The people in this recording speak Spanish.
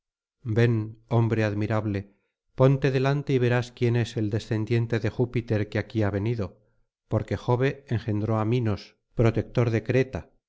ven hombre admirable ponte delante y verás quién es el descendiente de júpiter que aquí ha venido porque jove engendró á minos protector de creta